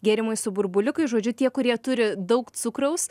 gėrimai su burbuliukais žodžiu tie kurie turi daug cukraus